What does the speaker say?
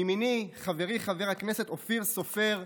מימיני חברי חבר הכנסת אופיר סופר,